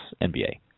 NBA